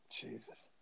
Jesus